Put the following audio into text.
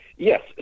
yes